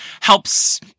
helps